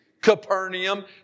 Capernaum